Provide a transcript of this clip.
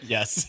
Yes